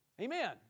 Amen